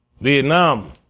Vietnam